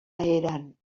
eren